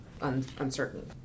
uncertain